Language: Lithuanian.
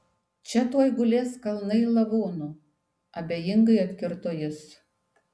čia tuoj gulės kalnai lavonų abejingai atkirto jis